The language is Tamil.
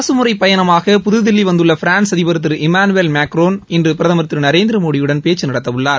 அரசுமுறை பயணமாக புதுதில்லி வந்துள்ள பிரான்ஸ் அதிபர் திரு இமானுவேல் மெக்ரான் இன்று பிரதமர் திரு நரேந்திர மோடியுடன் பேச்சுநடத்தவுள்ளார்